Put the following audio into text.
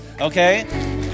Okay